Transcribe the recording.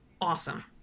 awesome